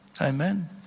Amen